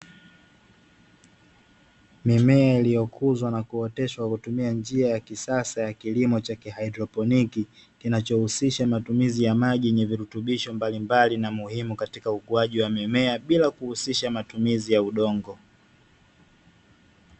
Mimea iliyokuzwa na kuotesha kwa kutumia njia ya kisasa ya kilimo cha kihaidroponiki, kinachohusisha matimizi maji yenye virutubisho mbalimbali na muhimu katika ukuaji wa miema bila kuhusisha matumizi ya udongo.